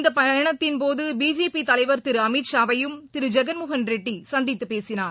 இந்தபயணத்தின்போதுபிஜேபிதலைவர் திருஅமித்ஷாவையும் திருஜெகன்மோகன் ரெட்டிசந்தித்தபேசினார்